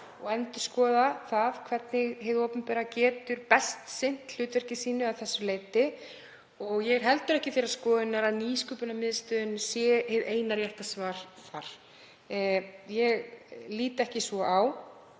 og endurskoða það hvernig hið opinbera getur best sinnt hlutverki sínu að þessu leyti. Ég er heldur ekki þeirrar skoðunar að Nýsköpunarmiðstöðin sé hið eina rétta svar þar, ég lít ekki svo á.